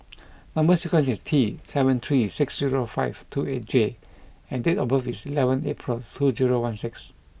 number sequence is T seven three six zero five two eight J and date of birth is eleventh April two zero one six